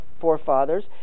forefathers